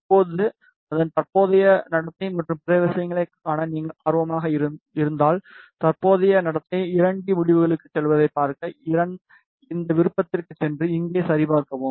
இப்போது அதன் தற்போதைய நடத்தை மற்றும் பிற விஷயங்களைக் காண நீங்கள் ஆர்வமாக இருந்தால் தற்போதைய நடத்தை 2 டி முடிவுகளுக்குச் செல்வதைப் பார்க்க இந்த விருப்பத்திற்குச் சென்று இங்கே சரிபார்க்கவும்